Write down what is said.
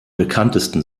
bekanntesten